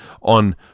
on